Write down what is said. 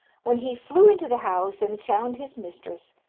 when he flew into the house and found his mistress,